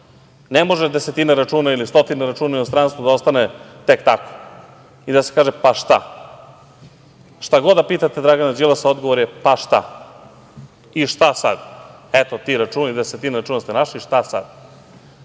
Ne može na desetine ili na stotine računa u inostranstvu da ostane tek tako i da se kaže – pa šta? Šta god da pitate Dragana Đilasa odgovor je – pa šta i šta sada? Eto, ti računi, desetina računa ste našli, šta sad?